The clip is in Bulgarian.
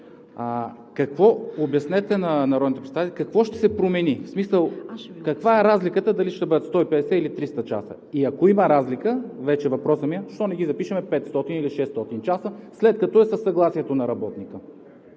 Обяснете на народните представители какво ще се промени? Каква е разликата дали ще бъдат 150, или 300 часа? Ако има разлика, вече въпросът ми е: защо не ги запишем 500 или 600 часа, след като е със съгласието на работника?